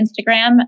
Instagram